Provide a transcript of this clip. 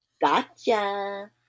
Gotcha